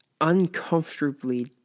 uncomfortably